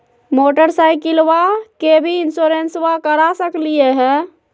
मोटरसाइकिलबा के भी इंसोरेंसबा करा सकलीय है?